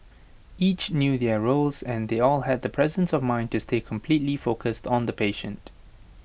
each knew their roles and they all had the presence of mind to stay completely focused on the patient